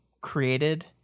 created